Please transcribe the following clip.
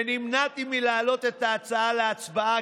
ונמנעתי מלהעלות את ההצעה להצבעה,